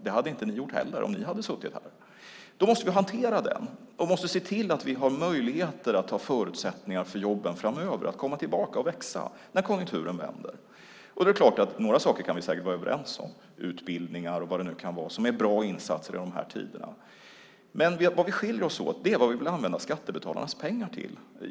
Det hade inte ni gjort heller, om ni hade suttit här. Då måste vi hantera detta, och vi måste se till att vi har möjligheter att ge förutsättningar för jobben framöver att komma tillbaka och växa när konjunkturen vänder. Då är det klart att några saker kan vi säkert vara överens om - utbildningar och vad det nu kan vara - som är bra insatser i de här tiderna. Men det som skiljer oss åt är vad vi vill använda skattebetalarnas pengar till.